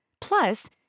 Plus